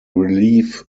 relief